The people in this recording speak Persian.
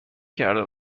کرده